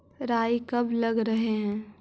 राई कब लग रहे है?